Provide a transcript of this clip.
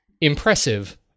Impressive